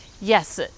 Yes